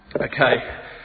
Okay